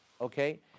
okay